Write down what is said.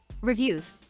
reviews